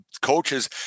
coaches